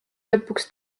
lõpuks